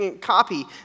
copy